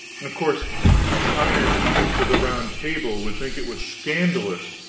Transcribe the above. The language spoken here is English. of course these iron dudes of the round table would think it was scandalous,